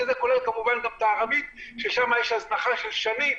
שזה כולל כמובן גם את הערבים ששם יש הזנחה של שנים